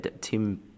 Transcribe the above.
Tim